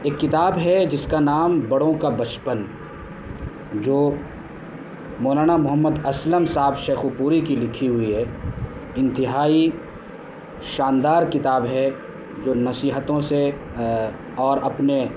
ایک کتاب ہے جس کا نام بڑوں کا بچپن جو مولانا محمد اسلام صاحب شیخو پوری کی لکھی ہوئی ہے انتہائی شاندار کتاب ہے جو نصیحتوں سے اور اپنے